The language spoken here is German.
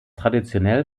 traditionell